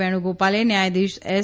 વેણુગોપલે ન્યાયાધીશ એસ